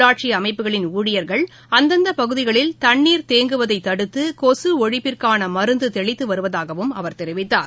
உள்ளாட்சிஅமைப்புகளின் தண்ணீர் உறழியர்கள் அந்தந்தபகுதிகளில் தேங்குவதைதடுத்துகொசுஒழிப்பிற்கானமருந்துதெளித்துவருவதாகவும் அவர் தெரிவித்தார்